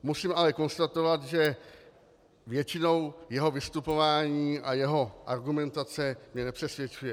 Musím ale konstatovat, že většinou jeho vystupování a jeho argumentace mě nepřesvědčuje.